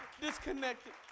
disconnected